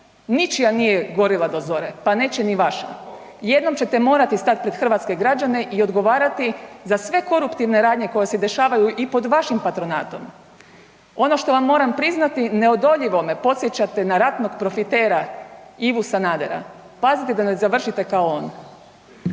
Ničija nije gorila do zore pa neće ni vaša. Jednom ćete morati stat pred hrvatske građane i odgovarati za sve koruptivne radnje koje se dešavaju i pod vašim patronatom. Ono što vam moram priznati, neodoljivo me podsjećate na ratnog profitera Ivu Sanadera, pazite da ne završite kao on.